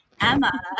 Emma